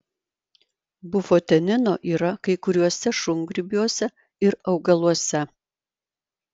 bufotenino yra kai kuriuose šungrybiuose ir augaluose